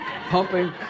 pumping